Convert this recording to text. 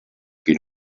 qui